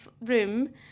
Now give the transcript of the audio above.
room